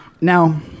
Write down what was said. Now